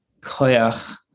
koyach